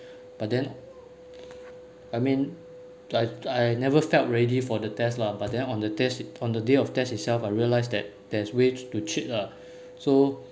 but then I mean I I never felt ready for the test lah but then on the test it on the day of test itself I realise that there's ways to cheat lah so